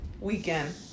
weekend